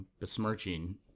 besmirching